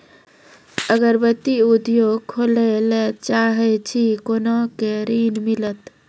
अगरबत्ती उद्योग खोले ला चाहे छी कोना के ऋण मिलत?